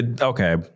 okay